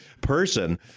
person